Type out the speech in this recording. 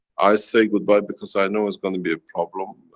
i say goodbye because i know it's gonna be a problem.